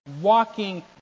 walking